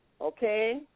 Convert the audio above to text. okay